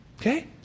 okay